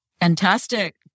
Fantastic